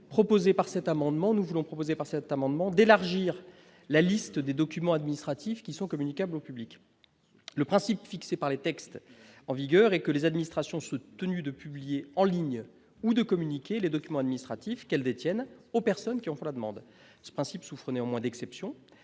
proposer par cet amendement, nous voulons proposer par cet amendement d'élargir la liste des documents administratifs qui sont communicables au public le principe fixées par les textes en vigueur et que les administrations de publier en ligne ou de communiquer les documents administratifs qu'elles détiennent, aux personnes qui ont fait la demande, ce principe souffre néanmoins d'exception